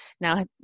now